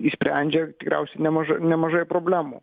išsprendžia tikriausiai nemažai nemažai problemų